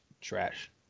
trash